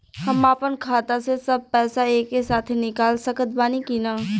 हम आपन खाता से सब पैसा एके साथे निकाल सकत बानी की ना?